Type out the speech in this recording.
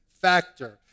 Factor